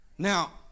Now